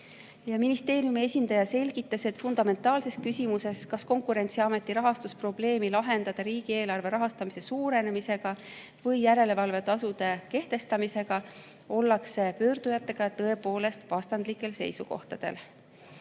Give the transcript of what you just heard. Ministeeriumi esindaja selgitas, et fundamentaalses küsimuses, kas Konkurentsiameti rahastusprobleemi lahendada riigieelarvest rahastamise suurenemisega või järelevalvetasude kehtestamisega, ollakse pöördujatega tõepoolest vastandlikel seisukohtadel.